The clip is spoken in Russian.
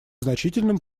значительным